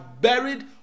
buried